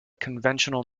conventional